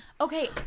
okay